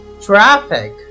traffic